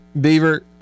Beaver